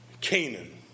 Canaan